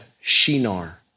Shinar